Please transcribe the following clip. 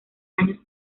años